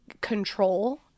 control